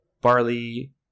Barley